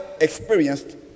experienced